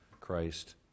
Christ